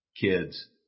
kids